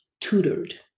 tutored